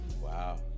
wow